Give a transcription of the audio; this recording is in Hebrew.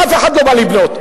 אף אחד לא יתחיל לבנות.